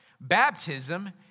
Baptism